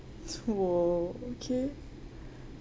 !wow! okay